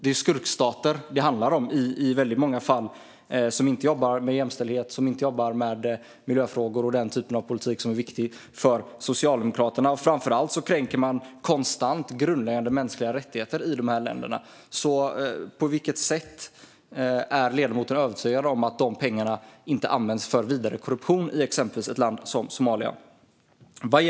Det är skurkstater det handlar om i väldigt många fall. De jobbar inte med den typ av politik som är viktig för Socialdemokraterna - jämställdhet, miljöfrågor och så vidare. Framför allt kränker man konstant grundläggande mänskliga rättigheter i de här länderna. På vilket sätt är ledamoten övertygad om att dessa pengar inte används för vidare korruption i exempelvis ett land som Somalia?